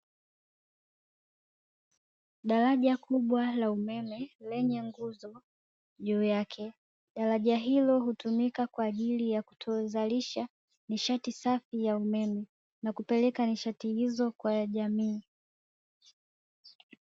Daraja kubwa la umeme lenye nguzo juu yake. Daraja hilo hutumika kwa ajili ya kuzalisha nishati safi ya umeme na kupeleka nishati hizo kwa jamii.